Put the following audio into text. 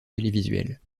télévisuelles